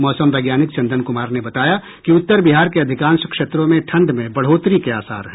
मौसम वैज्ञानिक चंदन कुमार ने बताया कि उत्तर बिहार के अधिकांश क्षेत्रों में ठंड में बढ़ोतरी के आसार हैं